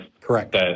Correct